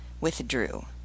withdrew